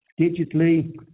digitally